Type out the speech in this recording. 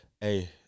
hey